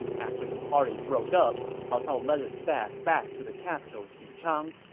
after the party broke up, cao cao led his staff back to the capital xuchang,